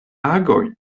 agojn